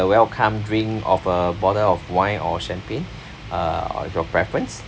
welcome drink of a bottle of wine or champagne uh of your preference